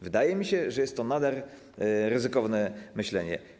Wydaje mi się, że jest to nader ryzykowne myślenie.